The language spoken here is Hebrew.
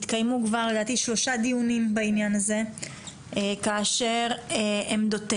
התקיימו כבר לדעתי שלושה דיונים בעניין הזה כאשר עמדותיהן,